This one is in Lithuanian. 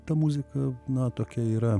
ta muzika na tokia yra